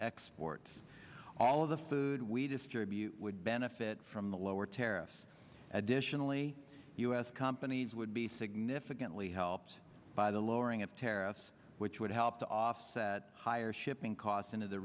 exports all of the food we distribute would benefit from the lower tariffs additionally u s companies would be significantly helped by the lowering of terrorists which would help to offset higher shipping costs into the